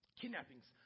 kidnappings